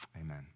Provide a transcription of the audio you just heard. amen